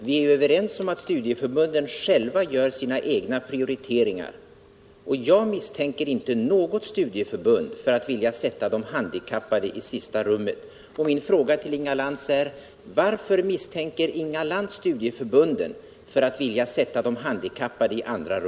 Vi är överens om att Tisdagen den studieförbunden gör sina egna prioriteringar. Jag misstänker inte något 7 mars 1978 studieförbund för att vilja ställa de handikappade i sista rummet. Min fråga till Inga Lantzär: Varför misstänker Inga Lantz studieförbunden för att vilja sätta cirkelstudier